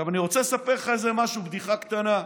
עכשיו, אני רוצה לספר לך איזה משהו, בדיחה קטנה,